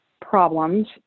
problems